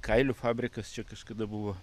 kailių fabrikas čia kažkada buvo